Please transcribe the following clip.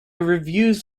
reviews